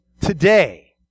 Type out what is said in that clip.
today